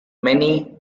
many